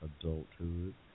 adulthood